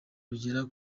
rugera